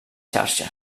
xarxa